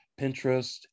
Pinterest